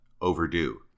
overdue